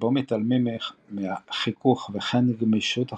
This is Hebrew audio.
שבו מתעלמים מחיכוך וכל גמישות אחרת,